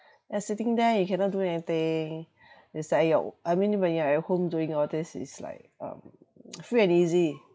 you're sitting there you cannot do anything it's like your I mean when you're at home doing all this it's like um free and easy